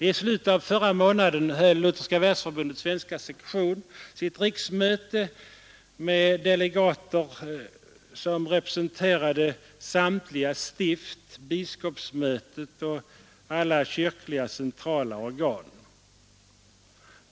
I slutet av förra månaden höll Lutherska världsförbundets svenska sektion sitt riksmöte med delegater som representerade samtliga stift, biskopsmötet och alla kyrkliga centrala organ.